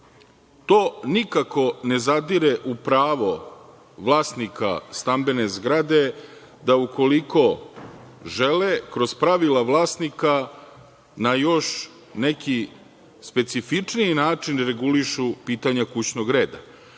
To nikako ne zadire u pravo vlasnika stambene zgrade da ukoliko žele, kroz pravila vlasnika na još neki specifičniji način regulišu pitanja kućnog reda.